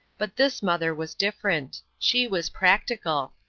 but this mother was different. she was practical.